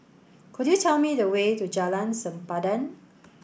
could you tell me the way to Jalan Sempadan